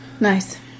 Nice